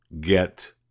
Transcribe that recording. get